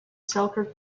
selkirk